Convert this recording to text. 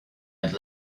had